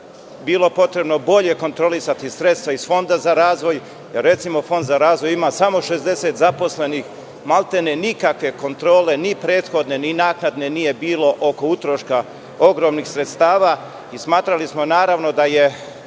bilo potrebno bolje kontrolisati sredstva iz Fonda za razvoj, recimo Fond za razvoj ima samo 60 zaposlenih, maltene nikakve kontrole ni prethodne, ni naknade nije bilo oko utroška ogromnih sredstava, i smatrali smo naravno, da je